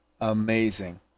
amazing